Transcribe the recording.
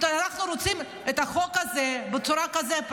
אנחנו רוצים את החוק הזה בצורה כזאת,